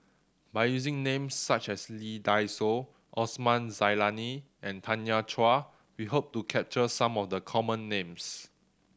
by using names such as Lee Dai Soh Osman Zailani and Tanya Chua we hope to capture some of the common names